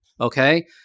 okay